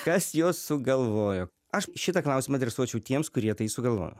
kas juos sugalvojo aš šitą klausimą adresuočiau tiems kurie tai sugalvojo